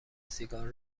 سیگار